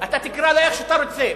אתה תקרא לה איך שאתה רוצה.